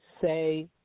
Say